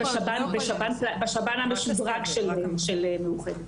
זה בשב"ן המשודרג שלנו.